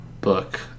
book